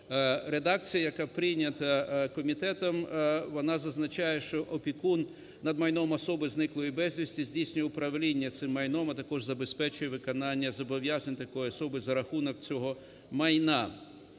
редакції, яка прийнята комітетом, вона зазначає, що опікун над майном особи, зниклої безвісти, здійснює управління цим майном, а також забезпечує виконання зобов'язань такої особи за рахунок цього майна.